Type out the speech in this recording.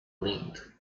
link